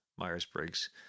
Myers-Briggs